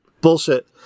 bullshit